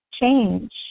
change